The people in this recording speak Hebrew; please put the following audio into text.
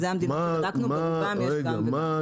אז אלה המדינות שבדקנו וברובן יש גם וגם.